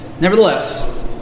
Nevertheless